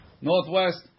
Northwest